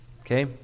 okay